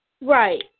Right